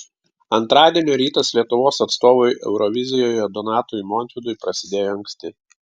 antradienio rytas lietuvos atstovui eurovizijoje donatui montvydui prasidėjo anksti